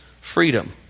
freedom